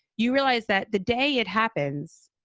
you realize that the day it happens,